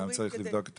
גם צריך לבדוק.